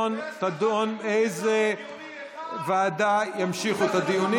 ועדת הכנסת תדון באיזו ועדה ימשיכו את הדיונים.